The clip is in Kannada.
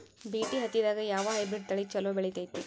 ಬಿ.ಟಿ ಹತ್ತಿದಾಗ ಯಾವ ಹೈಬ್ರಿಡ್ ತಳಿ ಛಲೋ ಬೆಳಿತೈತಿ?